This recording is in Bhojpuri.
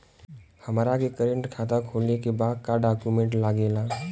हमारा के करेंट खाता खोले के बा का डॉक्यूमेंट लागेला?